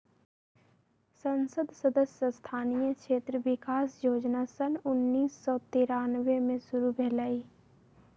संसद सदस्य स्थानीय क्षेत्र विकास जोजना सन उन्नीस सौ तिरानमें में शुरु भेलई